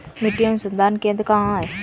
मिट्टी अनुसंधान केंद्र कहाँ है?